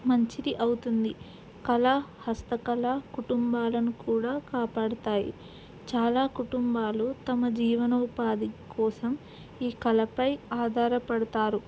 మంచిది అవుతుంది కళ హస్తకళ కుటుంబాలను కూడా కాపాడతాయి చాలా కుటుంబాలు తమ జీవన ఉపాధి కోసం ఈ కళపై ఆధారపడతారు